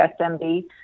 SMB